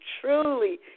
truly